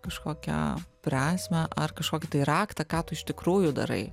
kažkokią prasmę ar kažkokį tai raktą ką tu iš tikrųjų darai